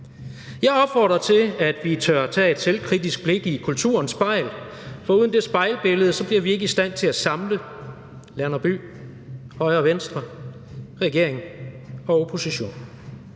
Jeg opfordrer til, at vi tør tage et selvkritisk blik i kulturens spejl, for uden det spejlbillede bliver vi ikke i stand til at samle land og by, højre og venstre, regering og opposition.